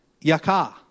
Yaka